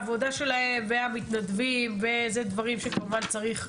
העבודה שלהם והמתנדבים זה דברים שכמובן צריך.